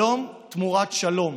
שלום תמורת שלום,